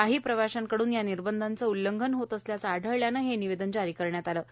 काही प्रवाशांकडून या निर्बधांचं उल्लंघन होत असल्याचं आढळल्यानं हे निवेदन जारी करण्यात आलं आहे